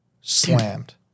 slammed